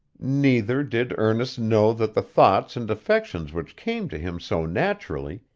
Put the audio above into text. neither did ernest know that the thoughts and affections which came to him so naturally,